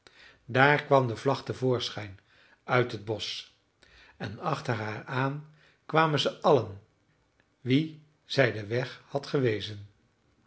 daar kwam de vlag te voorschijn uit het bosch en achter haar aan kwamen ze allen wien zij den weg had gewezen